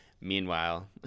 Meanwhile